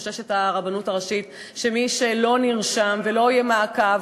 שהרבנות הראשית חוששת שמי שלא נרשם ולא יהיה מעקב,